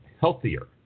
healthier